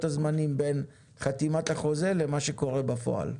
הזמנים בין חתימת החוזה למה שקורה בפועל.